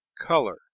color